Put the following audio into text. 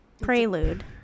prelude